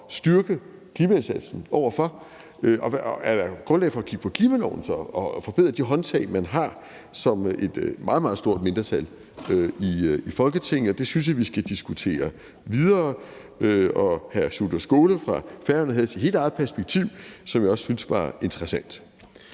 styrke klimaindsatsen over for. Og er der så grundlag for at kigge på klimaloven og forbedre de håndtag, man har som et meget, meget stort mindretal i Folketinget? Det synes jeg vi skal diskutere videre. Og hr. Sjúrður Skaale fra Færøerne havde sit helt eget perspektiv, som jeg også synes var interessant.